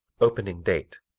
opening date